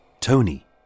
Tony